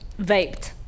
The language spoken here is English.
Vaped